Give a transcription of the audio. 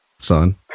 son